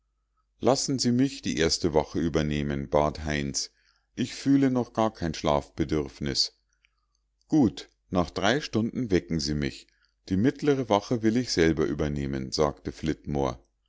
lassen sie mich die erste wache übernehmen bat heinz ich fühle noch gar kein schlafbedürfnis gut nach drei stunden wecken sie mich die mittlere wache will ich selber übernehmen sagte